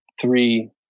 three